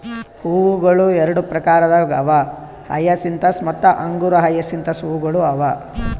ಹೂವುಗೊಳ್ ಎರಡು ಪ್ರಕಾರದಾಗ್ ಅವಾ ಹಯಸಿಂತಸ್ ಮತ್ತ ಅಂಗುರ ಹಯಸಿಂತ್ ಹೂವುಗೊಳ್ ಅವಾ